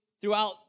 throughout